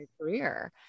career